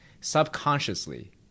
subconsciously